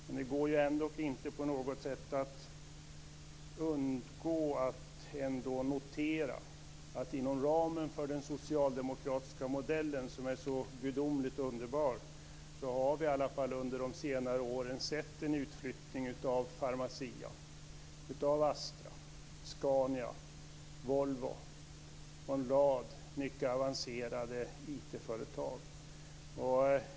Men det går ändå inte att undgå att notera att inom ramen för den socialdemokratiska modellen som är så gudomligt underbar har vi under senare år i alla fall sett en utflyttning av Pharmacia, Astra, Scania, Volvo och en rad mycket avancerade IT-företag.